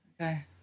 Okay